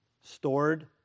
stored